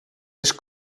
eens